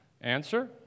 Answer